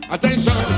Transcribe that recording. Attention